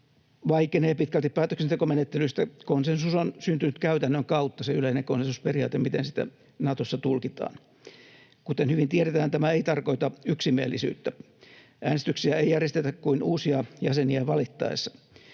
vaikenee pitkälti päätöksentekomenettelystään. Konsensus on syntynyt käytännön kautta — se yleinen konsensusperiaate, miten sitä Natossa tulkitaan. Kuten hyvin tiedetään, tämä ei tarkoita yksimielisyyttä. Äänestyksiä ei järjestetä kuin uusia jäseniä valittaessa.